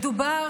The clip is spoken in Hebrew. מדובר,